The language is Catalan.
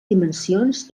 dimensions